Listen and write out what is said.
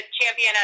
champion